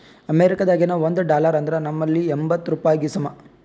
ಅಮೇರಿಕಾದಾಗಿನ ಒಂದ್ ಡಾಲರ್ ಅಂದುರ್ ನಂಬಲ್ಲಿ ಎಂಬತ್ತ್ ರೂಪಾಯಿಗಿ ಸಮ